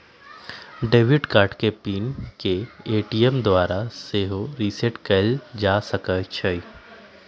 debit card के PIN के ATM द्वारा सेहो रीसेट कएल जा सकै छइ